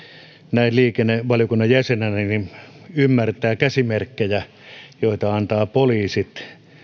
näin liikennevaliokunnan jäsenenä ymmärtää käsimerkkejä joita antavat poliisit